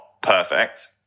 perfect